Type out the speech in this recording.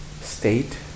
state